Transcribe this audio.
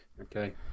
Okay